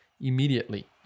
immediately